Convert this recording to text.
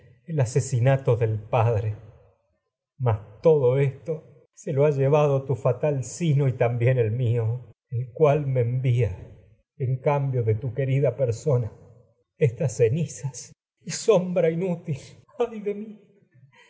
el asesinato y del padre esto lo ha llevado tu fatal sino también el mío persona re el cual me envía y en cambio de tu querida estas cenizas sombra inútil ay de mi